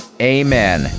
Amen